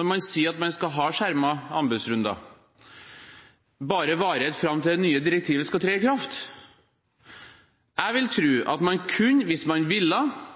når man sier at man skal ha skjermede anbudsrunder, at dette bare skal vare fram til det nye direktivet trer i kraft? Jeg vil tro at man kunne, hvis man ville,